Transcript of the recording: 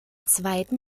zweiten